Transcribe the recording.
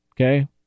Okay